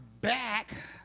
back